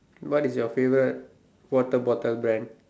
what is your favourite water bottle brand